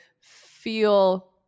feel